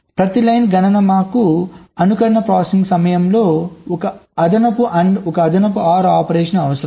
ప్రతి లైన్ గణన మాకు అనుకరణ ప్రాసెసింగ్ సమయంలో ఒక అదనపు AND ఒక అదనపు OR ఆపరేషన్ అవసరం